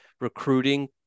recruiting